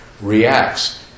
reacts